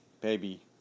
baby